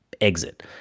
exit